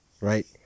right